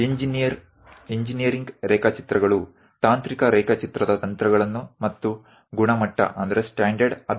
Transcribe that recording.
engineering drawing વિદ્યાર્થીઓને તકનીકી drawings ની પદ્ધતિ ઓ તકનીકો અને માનક પ્રથા શીખવા માટે સક્ષમ કરે છે